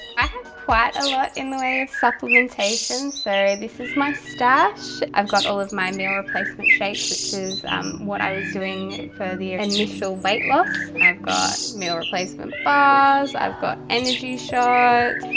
i have quite a lot in the way of supplementation. so this is my stash. i've got all of my meal replacement shakes, which is what i was doing for the initial weight loss. i've got meal replacement bars i've got energy shot,